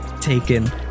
taken